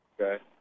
Okay